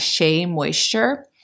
moisture